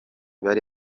bari